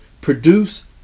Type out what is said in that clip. produce